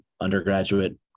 undergraduate